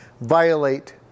violate